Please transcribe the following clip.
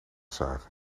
zagen